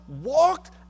walked